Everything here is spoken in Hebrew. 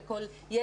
זו זכות לכל ילד,